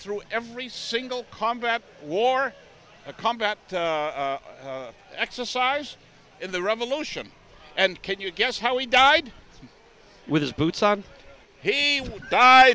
through every single combat wore a combat exercise in the revolution and can you guess how he died with his boots on he